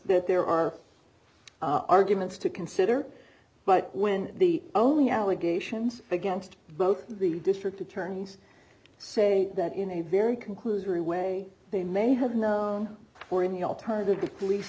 that there are arguments to consider but when the only allegations against both the district attorneys say that in a very conclusory way they may have known for any alternative